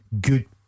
Good